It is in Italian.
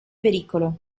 pericolo